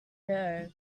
know